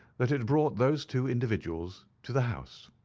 that it brought those two individuals to the house.